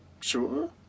Sure